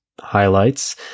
highlights